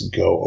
go